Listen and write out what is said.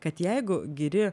kad jeigu giri